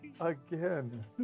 again